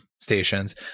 stations